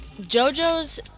JoJo's